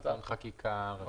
זה תיקון חקיקה ראשי.